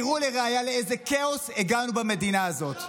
לראיה, תראו לאיזה כאוס הגענו במדינה הזאת.